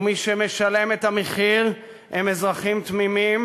ומי שמשלם את המחיר הם אזרחים תמימים,